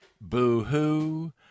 boo-hoo